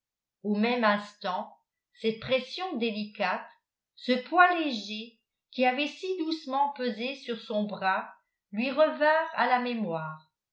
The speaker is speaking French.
au même instant cette pression délicate ce poids léger qui avait si doucement pesé sur son bras lui revinrent à la mémoire